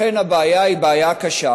לכן הבעיה היא בעיה קשה.